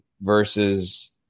versus